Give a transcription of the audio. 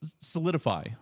solidify